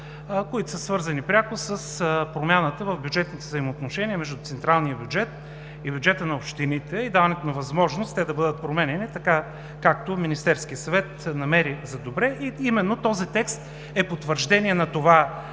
които са свързани пряко с промяната в бюджетните взаимоотношения между централния бюджет, бюджета на общините и даването на възможност те да бъдат променяни както Министерският съвет намери за добре. Именно този текст е потвърждение на това, което